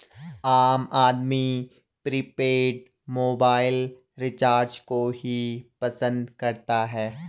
आम आदमी prepaid mobile recharge को ही पसंद करता है